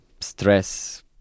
stress